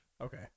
Okay